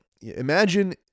Imagine